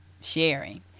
sharing